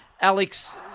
Alex